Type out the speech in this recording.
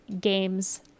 games